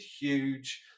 huge